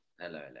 hello